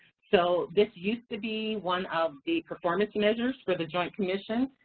so this used to be one of the performance measures for the joint commission.